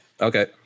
Okay